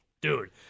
Dude